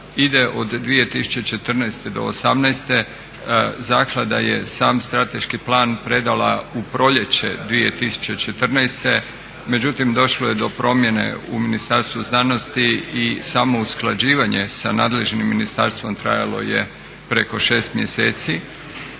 ide od 2014. do '18. Zaklada je sam strateški plan predala u proljeće 2014., međutim došlo je do promjene u Ministarstvu znanosti i samo usklađivanje sa nadležnim ministarstvima trajalo je preko 6 mjeseci,